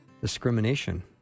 discrimination